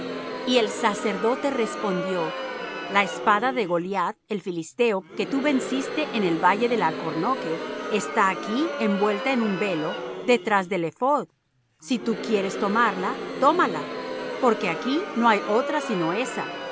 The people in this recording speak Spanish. y el sacerdote respondió la espada de goliath el filisteo que tú venciste en el valle del alcornoque está aquí envuelta en un velo detrás del ephod si tú quieres tomarla tómala porque aquí no hay otra sino esa